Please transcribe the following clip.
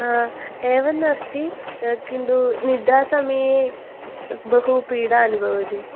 एवं नास्ति किन्तु निद्रा समये बहु पीडा अनुभवति